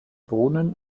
brunnen